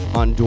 on